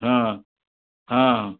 ହଁ ହଁ